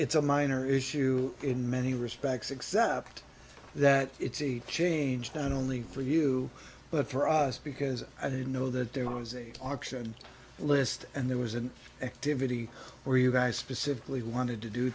it's a minor issue in many respects except that it's a change not only for you but for us because i didn't know that there was a auction list and there was an activity where you guys specifically wanted to do